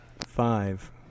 Five